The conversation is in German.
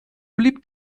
blieb